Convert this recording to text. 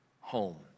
home